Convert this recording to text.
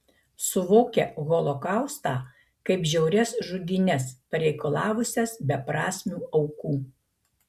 suvokia holokaustą kaip žiaurias žudynes pareikalavusias beprasmių aukų